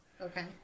okay